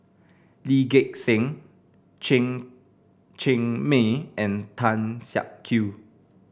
Lee Gek Seng Chen Cheng Mei and Tan Siak Kew